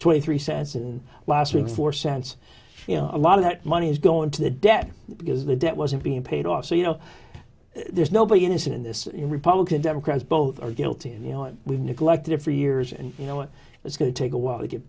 twenty three cents and last week four cents you know a lot of that money is going to the debt because the debt wasn't being paid off so you know there's nobody innocent in this republican democrat both are guilty and you know we've neglected it for years and you know it's going to take a while to get